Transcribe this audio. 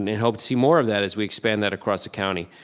and i hope to see more of that as we expand that across the county.